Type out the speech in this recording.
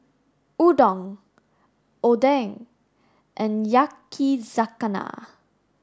Udon Oden and Yakizakana